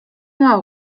mało